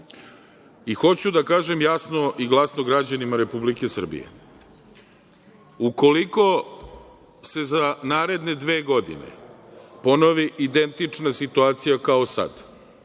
i hoću da kažem jasno i glasno građanima Republike Srbije - ukoliko se za naredne dve godine ponovi identična situacija kao sad